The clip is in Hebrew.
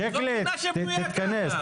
זו מדינה --- ח"כ שיקלי תתכנס.